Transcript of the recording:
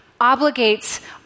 obligates